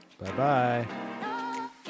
Bye-bye